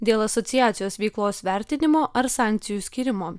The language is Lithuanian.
dėl asociacijos veiklos vertinimo ar sankcijų skyrimo